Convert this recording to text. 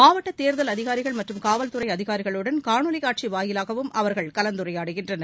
மாவட்ட தேர்தல் அதிகாரிகள் மற்றும் காவல்துறை அதிகாரிகளுடன் காணொலி காட்சி வாயிவாகவும் அவர்கள் கலந்துரையாடுகின்றனர்